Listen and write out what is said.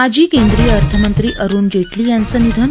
माजी केंद्रीय अर्थमंत्री अरुण जेटली यांचं निधन